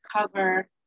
cover